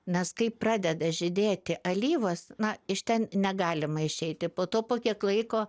nes kai pradeda žydėti alyvos na iš ten negalima išeiti po to po kiek laiko